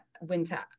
winter